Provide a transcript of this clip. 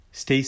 Stacy